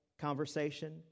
conversation